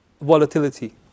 volatility